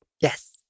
Yes